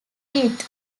eight